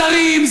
שרים,